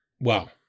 Wow